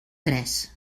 tres